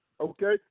okay